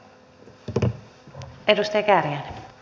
arvoisa puhemies